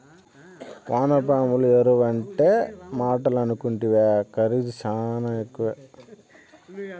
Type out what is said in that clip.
వానపాముల ఎరువంటే మాటలనుకుంటివా ఖరీదు శానా ఎక్కువే